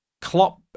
Klopp